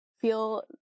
feel